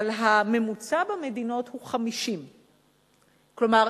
אבל הממוצע במדינות הוא 50. כלומר,